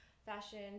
fashion